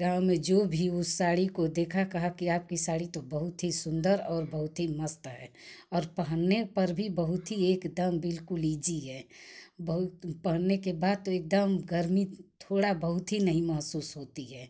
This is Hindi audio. गाँव में जो भी उस साड़ी को देखा कहा कि आपकी साड़ी तो बहुत ही सुन्दर और बहुत ही मस्त है और पहनने पर भी बहुत ही एकदम बिल्कुल इजी है बहुत पहनने के बाद तो एकदम गर्मी थोड़ा बहुत ही नहीं महसूस होती है